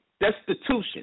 destitution